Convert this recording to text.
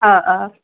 آ آ